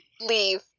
leave